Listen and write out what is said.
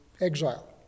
exile